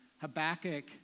Habakkuk